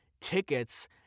tickets